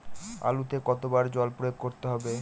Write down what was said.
আলুতে কতো বার জল প্রয়োগ করতে হবে?